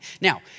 Now